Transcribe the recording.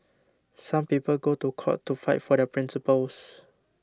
some people go to court to fight for their principles